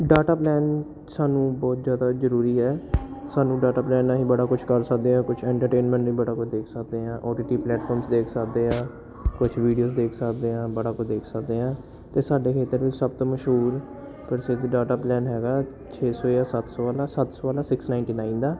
data plan ਸਾਨੂੰ ਬਹੁਤ ਜ਼ਿਆਦਾ ਜ਼ਰੂਰੀ ਹੈ ਸਾਨੂੰ ਡਾਟਾ ਪਲੈਨ ਨਾਲ ਅਸੀਂ ਬੜਾ ਕੁਛ ਕਰ ਸਕਦੇ ਹਾਂ ਕੁਛ ਐਂਟਰਟੇਨਮੈਂਟ ਲਈ ਬੜਾ ਕੁਝ ਦੇਖ ਸਕਦੇ ਹਾਂ ਓ ਟੀ ਟੀ ਪਲੈਟਫੋਰਮਸ ਦੇਖ ਸਕਦੇ ਹਾਂ ਕੁਛ ਵੀਡੀਓਜ਼ ਦੇਖ ਸਕਦੇ ਹਾਂ ਬੜਾ ਕੁਝ ਦੇਖ ਸਕਦੇ ਹਾਂ ਅਤੇ ਸਾਡੇ ਖੇਤਰ ਵਿੱਚ ਸਭ ਤੋਂ ਮਸ਼ਹੂਰ ਪ੍ਰਸਿੱਧ ਡਾਟਾ ਪਲੈਨ ਹੈਗਾ ਛੇ ਸੌ ਜਾਂ ਸੱਤ ਸੌ ਵਾਲਾ ਸੱਤ ਸੌ ਵਾਲਾ ਸਿਕਸ ਨਾਈਨਟੀ ਨਾਈਨ ਦਾ